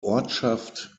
ortschaft